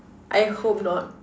I hope not